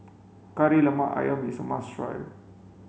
Kari Lemak Ayam is must try